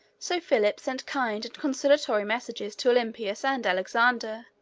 so philip sent kind and conciliatory messages to olympias and alexander,